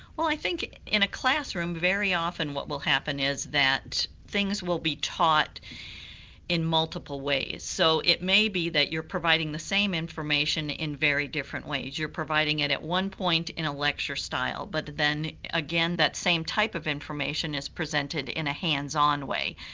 well i think in a classroom very often what will happen is that things will be taught in multiple ways, so it may be that you're providing the same information in very different ways. you're providing it at one point in a lecture style but then again that same type of information is presented in a hands-on way,